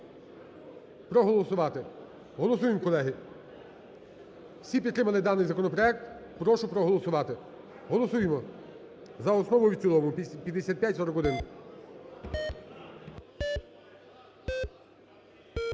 проголосувати. Голосуємо, колеги. Всі підтримали даний законопроект, прошу проголосувати. Голосуємо за основу і в цілому 5541.